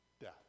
death